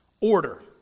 order